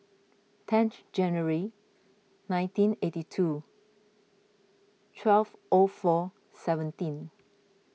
ten January nineteen eighty two twelve O four seventeen